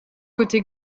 côté